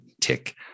tick